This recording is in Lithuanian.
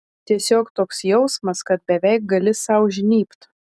tiesiog toks jausmas kad beveik gali sau žnybt